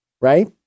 right